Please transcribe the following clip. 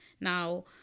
Now